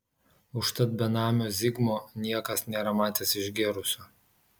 užtat benamio zigmo niekas nėra matęs išgėrusio